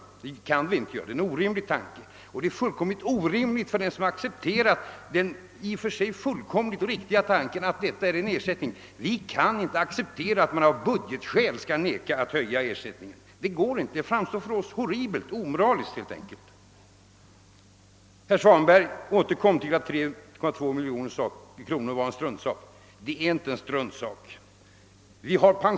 Det kan vi inte göra — det vore orimligt. Nej, detta är en ersättning, och vi kan inte acceptera att man av budgettekniska skäl skall vägra att höja ersättningen. Det framstår för oss som horribelt — ja, helt enkelt omoraliskt. Herr Svanberg återkom till att 3,2 miljoner är en struntsak. Men det är inte en struntsak, herr Svanberg.